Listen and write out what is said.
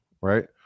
right